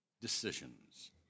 decisions